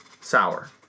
Sour